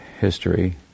history